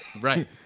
Right